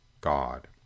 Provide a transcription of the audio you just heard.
God